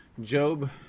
Job